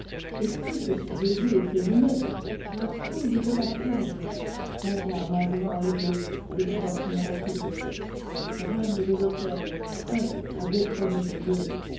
et plus que ce jésus efféminé la foule idolâtrait la vierge la dame en blanc et bleu des grottes miraculeuses reine de l'autel prête à détrôner dieu